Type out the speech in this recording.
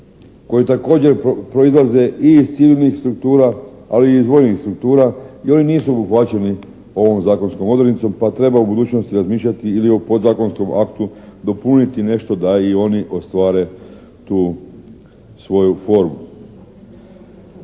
koji također proizlaze i iz civilnih struktura, ali i iz vojnih struktura i oni nisu obuhvaćeni ovom zakonskom odrednicom pa treba u budućnosti razmišljati ili o podzakonskom aktu dopuniti nešto da i oni ostvare tu svoju formu.